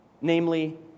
namely